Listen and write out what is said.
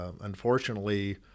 unfortunately